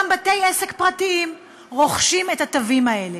גם בתי-עסק פרטיים רוכשים את התווים האלה.